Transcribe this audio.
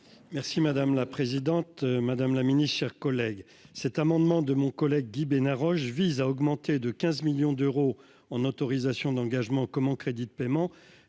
Merci madame la présidente, madame la Ministre, chers collègues, cet amendement de mon collègue Guy Bénard vise à augmenter de 15 millions d'euros en autorisations d'engagement comme en crédits de paiement